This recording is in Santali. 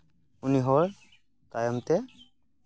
ᱩᱱᱤ ᱦᱚᱲ ᱛᱟᱭᱚᱢ ᱛᱮ